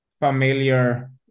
familiar